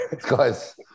guys